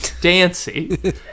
Dancy